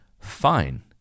fine